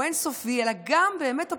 הוא אין-סופי, אלא גם הפרוצדורה.